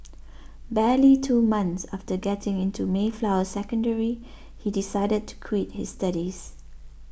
barely two months after getting into Mayflower Secondary he decided to quit his studies